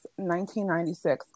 1996